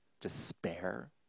despair